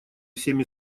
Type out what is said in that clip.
всеми